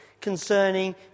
concerning